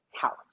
house